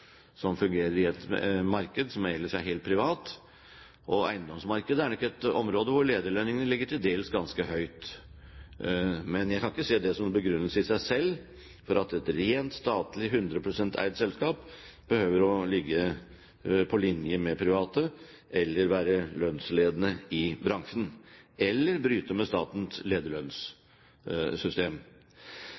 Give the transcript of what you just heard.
som fungerer i et marked som ellers er helt privat. Eiendomsmarkedet er nok et område hvor lederlønningene ligger til dels ganske høyt, men jeg kan ikke se det som en begrunnelse i seg selv for at et rent statlig – 100 pst. – eid selskap behøver å være på linje med private, være lønnsledende i bransjen eller bryte med statens lederlønnssystem.